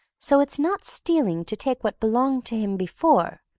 so it's not stealing to take what belonged to him before,